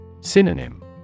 Synonym